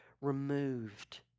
removed